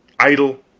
idle,